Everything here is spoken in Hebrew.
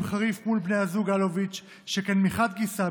חריף מול בני הזוג אלוביץ' שכן מחד גיסא,